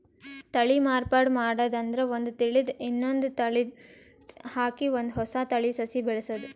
ತಳಿ ಮಾರ್ಪಾಡ್ ಮಾಡದ್ ಅಂದ್ರ ಒಂದ್ ತಳಿದ್ ಇನ್ನೊಂದ್ ತಳಿಗ್ ಹಾಕಿ ಒಂದ್ ಹೊಸ ತಳಿ ಸಸಿ ಬೆಳಸದು